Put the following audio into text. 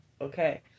okay